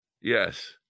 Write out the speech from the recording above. yes